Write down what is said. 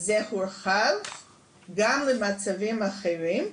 זה הורחב גם למצבים אחרים,